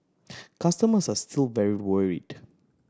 customers are still very worried